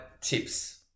tips